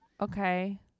Okay